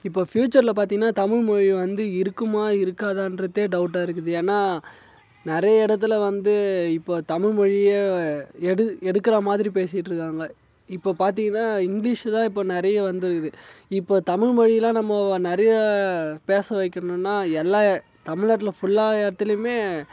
இப்போ ஃப்யூச்சர்ல பார்த்தீங்கன்னா தமிழ்மொழி வந்து இருக்குமா இருக்காதான்றதே டவுட்டாக இருக்குது ஏன்னா நிறையா இடத்துல வந்து இப்போ தமிழ்மொழியை எடு எடுக்கிறாமாதிரி பேசிகிட்ருக்காங்க இப்போ பார்த்தீங்கன்னா இங்கிலீஷ் தான் இப்போ நிறையா வந்து இருக்குது இப்போ தமிழ்மொழியெலாம் நம்ம நிறையா பேச வைக்கணுன்னா எல்லா தமிழ்நாட்டில ஃபுல்லாக இடத்துலையுமே